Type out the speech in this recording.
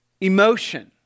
emotion